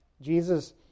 Jesus